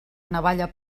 navalla